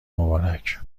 مبارک